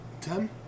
Ten